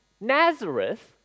Nazareth